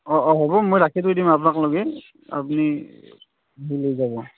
অঁ অঁ হ'ব মই ৰাখি থৈ দিম আপোনাক লগে আপুনি আহি লৈ যাব